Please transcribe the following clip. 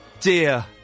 dear